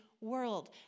world